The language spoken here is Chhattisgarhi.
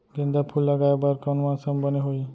गेंदा फूल लगाए बर कोन मौसम बने होही?